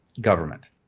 government